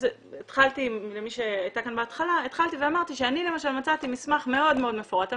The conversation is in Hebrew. התחלתי ואמרתי שאני למשל מצאתי מסמך מאוד מפורט על